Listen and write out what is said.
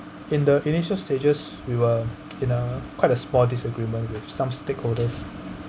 in the initial stages we were in a quite a small disagreement with some stakeholders